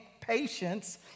patience